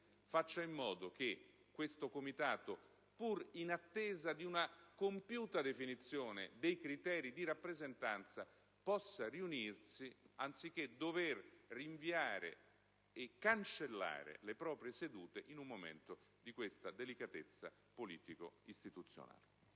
faccia in modo che questo Comitato, pur in attesa di una compiuta definizione dei criteri di rappresentanza, possa riunirsi, anziché dovere rinviare e cancellare le proprie sedute, in un momento di tale delicatezza politico-istituzionale.